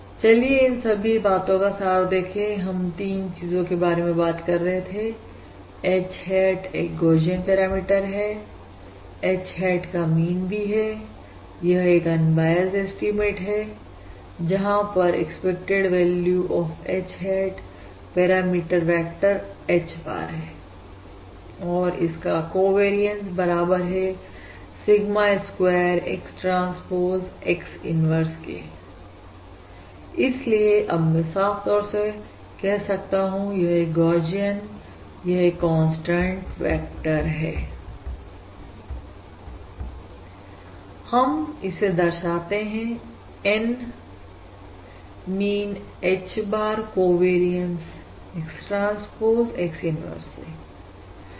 चलिए इन सभी बातों का सार देखें हम तीन चीजों के बारे में बात कर रहे थे H hat एक गौशियन पैरामीटर है H h at का मीन भी है यह एक अनबायस एस्टीमेट है जहां पर expected value of H hat parameter vector H bar है और इसका कोवेरियंस बराबर है sigma square X transpose X inverse के इसलिए अब मैं साफ तौर से कह सकता हूं यह एक गौशियन यह एक कांस्टेंट वेक्टर है हम इसे दर्शाते हैं N mean H bar covariance X transpose X inverse से